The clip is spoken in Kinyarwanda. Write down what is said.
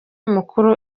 mukuru